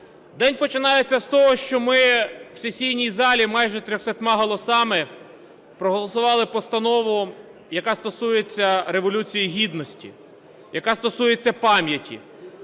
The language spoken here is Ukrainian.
День починається з того, що ми в сесійній залі майже 300 голосами проголосували Постанову, яка стосується Революції Гідності, яка стосується пам'яті,